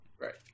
Right